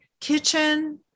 kitchen